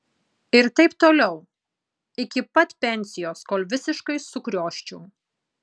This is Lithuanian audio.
ir taip toliau iki pat pensijos kol visiškai sukrioščiau